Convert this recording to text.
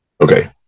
Okay